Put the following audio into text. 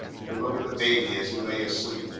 to look at the baby as he lay asleep!